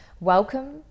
Welcome